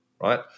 right